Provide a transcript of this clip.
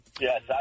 Yes